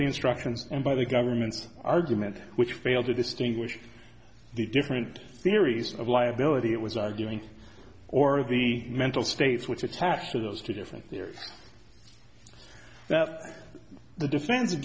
the instructions and by the government's argument which failed to distinguish the different theories of liability it was arguing or the mental states which attach to those two different theories that the defens